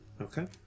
okay